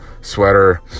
sweater